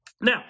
Now